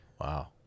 wow